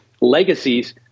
legacies